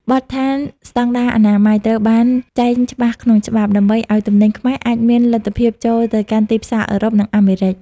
បទដ្ឋានស្ដង់ដារអនាម័យ ត្រូវបានចែងច្បាស់ក្នុងច្បាប់ ដើម្បីឱ្យទំនិញខ្មែរអាចមានលទ្ធភាពចូលទៅកាន់ទីផ្សារអឺរ៉ុប និងអាមេរិក។